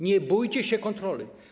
Nie bójcie się kontroli.